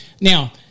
Now